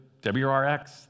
WRX